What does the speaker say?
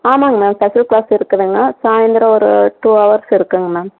ஆமாம்ங்க ma'am special class இருக்குதுங்க சாயந்தரம் ஒரு டூ ஹவர்ஸ் இருக்குதுங்க மேம்